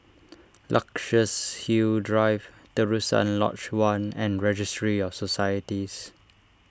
Luxus Hill Drive Terusan Lodge one and Registry of Societies